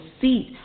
seat